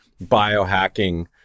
biohacking